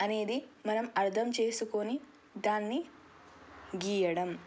అనేది మనం అర్థం చేసుకొని దాన్ని గీయడం